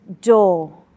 door